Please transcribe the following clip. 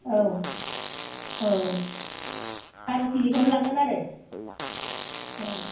औ औ बार' केजि खौनो लांगोन आरो अ